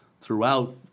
throughout